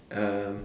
um